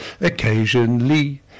occasionally